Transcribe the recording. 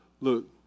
Look